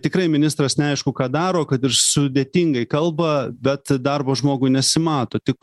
tikrai ministras neaišku ką daro kad ir sudėtingai kalba bet darbo žmogui nesimato tik